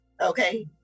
Okay